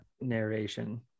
narration